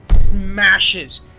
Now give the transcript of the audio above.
smashes